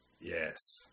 yes